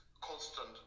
constant